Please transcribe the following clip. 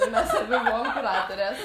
ir mes abi buvom kuratorės